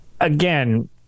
again